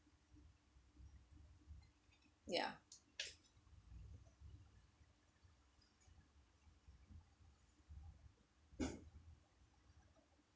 ya